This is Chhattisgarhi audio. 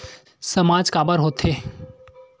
सामाज काबर हो थे?